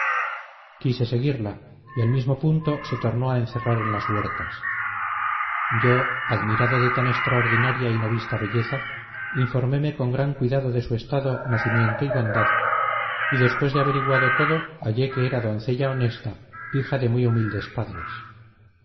quise seguirla y al mismo punto se tornó a encerrar en las huertas yo admirado de tan extraordinaria y no vista belleza informéme con gran cuidado de su estado nacimiento y bondad y después de averiguado todo hallé que era doncella honesta hija de muy humildes padres